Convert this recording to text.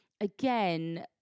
again